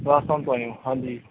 ਰਾਜਸਥਾਨ ਤੋਂ ਹਾਂ ਜੀ ਹਾਂਜੀ